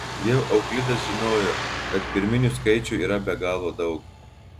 jau euklidas žinojo kad pirminių skaičių yra be galo daug